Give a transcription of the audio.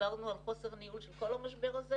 דיברנו על חוסר ניהול של כל המשבר הזה.